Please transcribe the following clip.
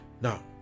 Now